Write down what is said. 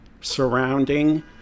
surrounding